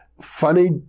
funny